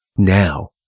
now